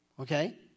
Okay